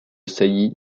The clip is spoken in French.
sailly